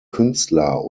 künstler